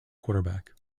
quarterback